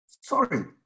Sorry